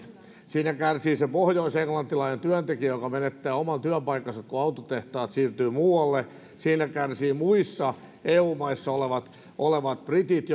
siinä kärsii se pohjoisenglantilainen työntekijä joka menettää oman työpaikkansa kun autotehtaat siirtyvät muualle siinä kärsii muissa eu maissa olevat britit